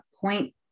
point